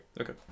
Okay